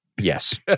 yes